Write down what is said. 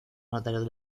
notorio